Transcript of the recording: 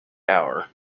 hour